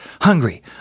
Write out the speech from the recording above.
Hungry